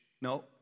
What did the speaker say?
no